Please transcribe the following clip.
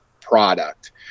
product